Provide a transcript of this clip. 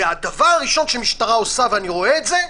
והדבר הראשון שהמשטרה עושה ואני רואה את זה,